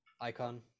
icon